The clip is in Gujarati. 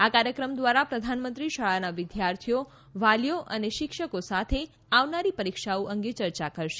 આ કાર્યક્રમ દ્વારા પ્રધાનમંત્રી શાળાના વિદ્યાર્થીઓ તેમના વાલીઓ અને શિક્ષકો સાથે આવનારી પરીક્ષાઓ અંગે ચર્ચા કરશે